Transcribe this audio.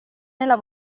nella